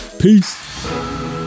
Peace